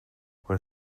were